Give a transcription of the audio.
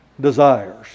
desires